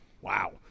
wow